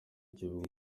kivuga